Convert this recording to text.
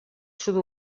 sud